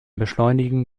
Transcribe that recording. beschleunigen